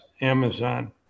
Amazon